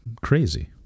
crazy